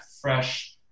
fresh